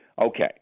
Okay